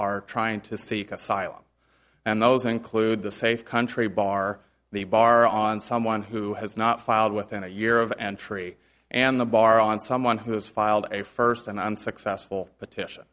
are trying to seek asylum and those include the safe country bar the bar on someone who has not filed within a year of entry and the bar and someone who has filed a first and unsuccessful petition